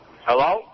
Hello